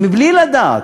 מבלי לדעת,